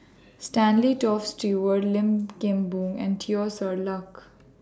Stanley Toft Stewart Lim Kim Boon and Teo Ser Luck